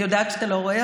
אני יודעת שאתה לא רואה,